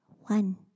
one